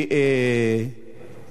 אדוני היושב-ראש,